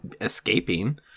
escaping